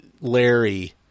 Larry